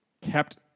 kept